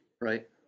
Right